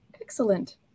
excellent